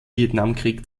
vietnamkrieg